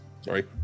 Sorry